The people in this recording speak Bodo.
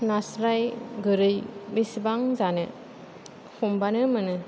नास्राय गोरै बेसेबां जानो हमबानो मोनो